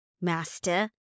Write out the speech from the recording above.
Master